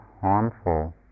harmful